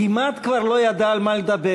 כמעט כבר לא ידע על מה לדבר,